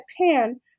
Pan